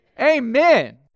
Amen